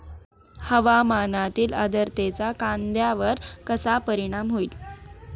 हवामानातील आर्द्रतेचा कांद्यावर कसा परिणाम होईल?